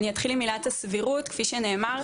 אני אתחיל עם עילת הסבירות כפי שנאמר,